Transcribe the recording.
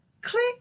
click